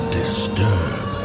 disturb